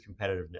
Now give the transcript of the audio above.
competitiveness